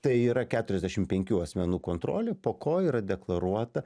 tai yra keturiasdešimt penkių asmenų kontrolė po ko yra deklaruota